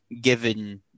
given